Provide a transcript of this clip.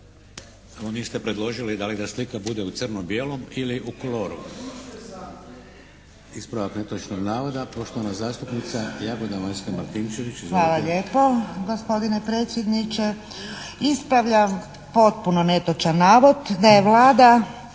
Niste predložili da li da slika bude u crno-bijelom ili u koloru. Ispravak netočnog navoda,